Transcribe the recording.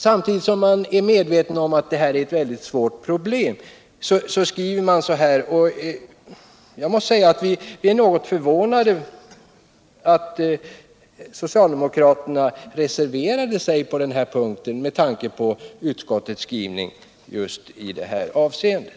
Samtidigt som man är medveten om att det här är ett väldigt svårt problem skriver man på detta sätt, och jag måste säga att vi är något förvånade över att socialdemokraterna reserverade sig på denna punkt, med tanke på utskottets skrivning just i det här avseendet.